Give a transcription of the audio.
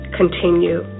continue